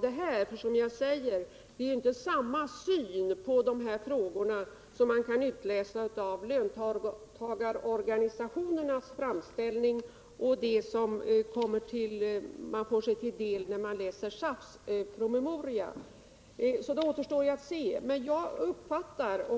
Det är ju, som jag säger, inte samma syn på de här frågorna som man kan utläsa ur löntagarorganisationernas framställning och som kommer fram när man läser SAF:s promemoria. Vad som blir resultatet återstår alltså att